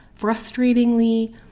frustratingly